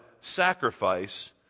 sacrifice